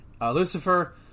Lucifer